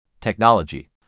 technology